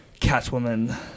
Catwoman